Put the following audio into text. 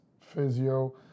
physio